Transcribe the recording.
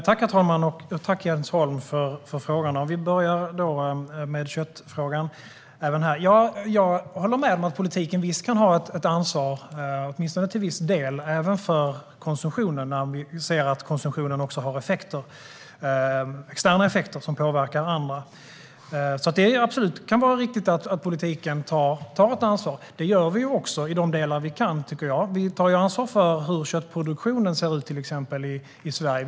Herr talman! Jag tackar Jens Holm för frågorna. Vi börjar även här med köttfrågan. Jag håller med om att politiken visst kan ha ett ansvar även för konsumtionen, åtminstone till viss del, när vi ser att konsumtionen också har externa effekter som påverkar andra. Det kan vara riktigt att politiken tar ett ansvar. Det gör vi också i de delar vi kan. Vi tar till exempel ansvar för hur köttproduktionen ser ut i Sverige.